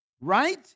right